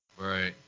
Right